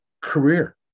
career